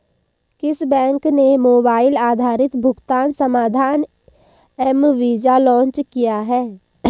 किस बैंक ने मोबाइल आधारित भुगतान समाधान एम वीज़ा लॉन्च किया है?